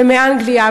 מאנגליה,